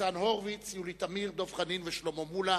ניצן הורוביץ, יולי תמיר, דב חנין ושלמה מולה.